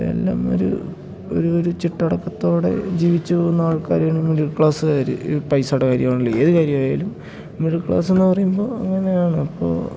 എല്ലാം ഒരു ഒരു ഒരു ചിട്ടടക്കത്തോടെ ജീവിച്ച് പോകുന്ന ആൾക്കാരാണി മിഡിൽ ക്ലാസ്സുകാർ ഈ പൈസയുടെ കാര്യം ആണെങ്കിലും ഏതു കാര്യം ആയാലും മിഡിൽ ക്ലാസ്സെന്നു പറയുമ്പോൾ അങ്ങനെയാണ് അപ്പോൾ